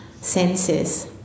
senses